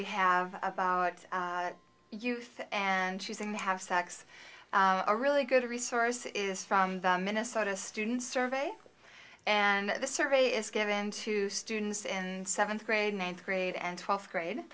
we have about youth and choosing to have sex a really good resource is from minnesota students survey and this survey is given to students in seventh grade ninth grade and twelfth grade